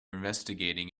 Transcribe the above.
investigating